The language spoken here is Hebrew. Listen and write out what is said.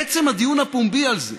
עצם הדיון הפומבי על זה